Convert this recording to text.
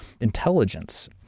intelligence